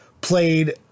played